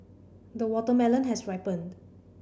the watermelon has ripened